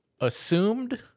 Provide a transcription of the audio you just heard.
assumed